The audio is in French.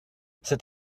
c’est